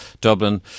Dublin